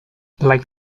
like